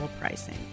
pricing